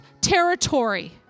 territory